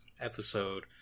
episode